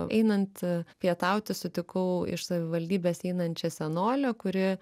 einant pietauti sutikau iš savivaldybės einančią senolę kuri